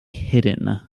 hidden